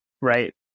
right